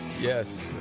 yes